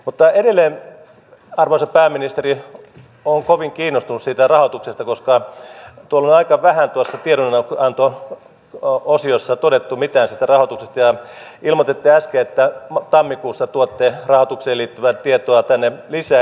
mutta edelleen arvoisa pääministeri olen kovin kiinnostunut siitä rahoituksesta koska tuolla on aika vähän tuossa tiedonanto osiossa todettu mitään siitä rahoituksesta ja ilmoititte äsken että tammikuussa tuotte rahoitukseen liittyvää tietoa lisää tänne eduskuntaan